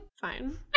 Fine